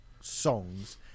songs